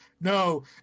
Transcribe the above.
no